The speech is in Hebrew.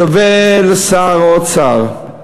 שווה לשר האוצר.